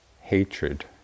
hatred